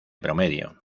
promedio